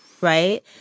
right